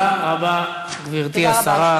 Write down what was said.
תודה רבה, גברתי השרה.